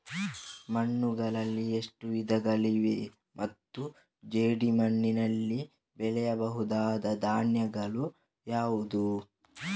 ಮಣ್ಣುಗಳಲ್ಲಿ ಎಷ್ಟು ವಿಧಗಳಿವೆ ಮತ್ತು ಜೇಡಿಮಣ್ಣಿನಲ್ಲಿ ಬೆಳೆಯಬಹುದಾದ ಧಾನ್ಯಗಳು ಯಾವುದು?